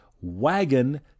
wagon